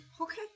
Okay